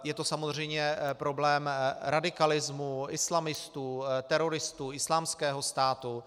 Je to samozřejmě problém radikalismu islamistů, teroristů Islámského státu.